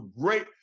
great